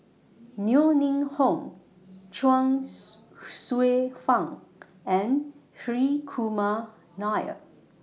Yeo Ning Hong Chuang Hsueh Fang and Hri Kumar Nair